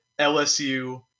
LSU